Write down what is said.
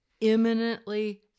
imminently